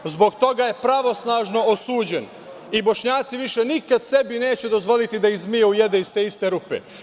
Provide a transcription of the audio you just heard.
Zbog toga je pravosnažno osuđen i Bošnjaci više nikad sebi neće dozvoliti da ih zmija ujede iz te iste rupe.